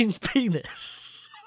penis